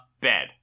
bed